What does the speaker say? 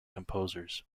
composers